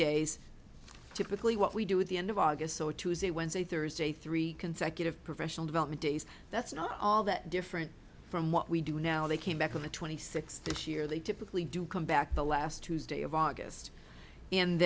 days typically what we do with the end of august or tuesday wednesday thursday three consecutive professional development days that's not all that different from what we do now they came back on the twenty six this year they typically do come back the last tuesday of august and